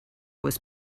was